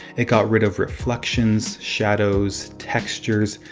it got rid of reflections, shadows, textures,